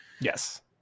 Yes